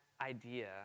idea